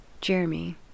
Jeremy